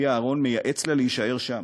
אחיה אהרן מייעץ לה להישאר שם,